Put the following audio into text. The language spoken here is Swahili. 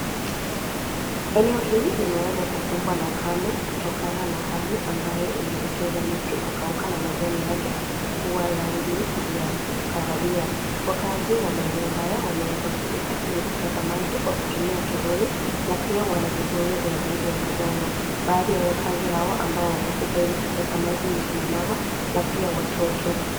Eneo hili limeweza kukumbwa na ukame kutokana na hali ambayo inaelekeza miti kukauka na majani yake kuwa rangi ya kahawia. Wakaazi wa maeneo haya wameweza kufika ili kuteka maji kwa kutumia toroli, na pia wana vibuyu vya rangi ya manjano. Baadhi ya wakazi hao ambao wamefika ili kuteka maji ni kina mama na pia watoto.